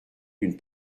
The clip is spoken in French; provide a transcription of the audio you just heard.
d’une